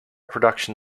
production